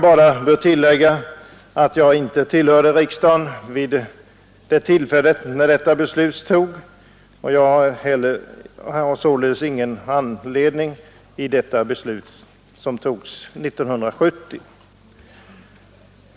Jag vill tillägga att jag inte tillhörde riksdagen när detta beslut fattades år 1970, och jag har således ingen andel i det beslutet.